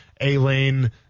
A-Lane